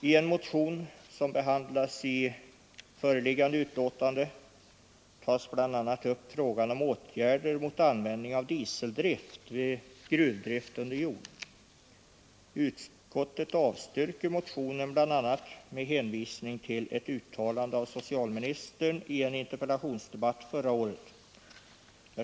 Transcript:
I en motion, som behandlas i föreliggande betänkande, tas bl.a. upp frågan om åtgärder mot användning av dieselmotorer vid gruvdrift under jord. Utskottet avstyrker motionen, bl.a. med hänvisning till ett uttalande av socialministern i en interpellationsdebatt förra året.